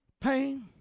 pain